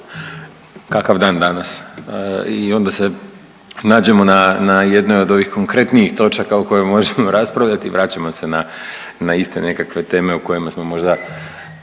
Kakav dan danas i onda se nađemo na jednoj od ovih konkretnijih točaka o kojoj možemo raspravljati i vraćamo se na iste nekakve teme o kojima smo možda